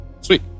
Sweet